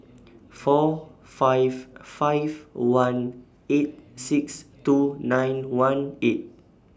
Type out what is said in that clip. four five five one eight six two nine one eight